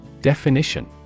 Definition